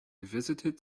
visited